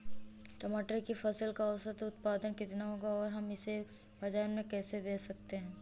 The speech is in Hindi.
टमाटर की फसल का औसत उत्पादन कितना होगा और हम इसे बाजार में कैसे बेच सकते हैं?